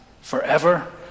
forever